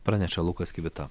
praneša lukas kivita